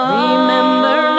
remember